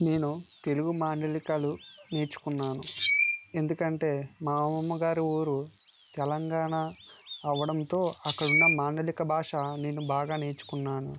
నేను తెలుగు మాండలికలు నేర్చుకున్నాను ఎందుకంటే మా అమ్మగారు ఊరు తెలంగాణ అవడంతో అక్కడున్న మాండలిక భాష నేను బాగా నేర్చుకున్నాను